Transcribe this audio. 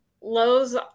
Lowe's